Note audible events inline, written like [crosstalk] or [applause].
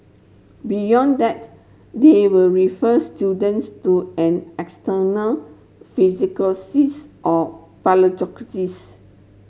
beyond that they will refer students to an external [unintelligible] or [unintelligible]